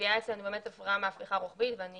הגבייה עברה מהפכה רוחבית ואני